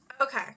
Okay